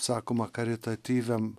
sakoma karitatyviam